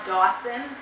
Dawson